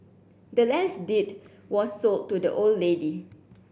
the land's deed was sold to the old lady